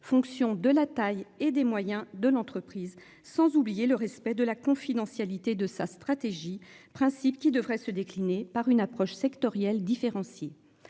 fonction de la taille et des moyens de l'entreprise. Sans oublier le respect de la confidentialité de sa stratégie, principe qui devrait se décliner par une approche sectorielle différencie.